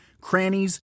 crannies